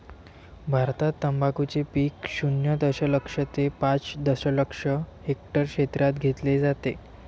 भारतात तंबाखूचे पीक शून्य दशलक्ष ते पाच दशलक्ष हेक्टर क्षेत्रात घेतले जाते